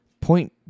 Point